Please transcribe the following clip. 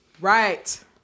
Right